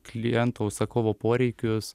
kliento užsakovo poreikius